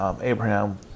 Abraham